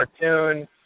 cartoon